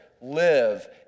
live